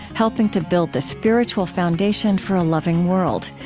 helping to build the spiritual foundation for a loving world.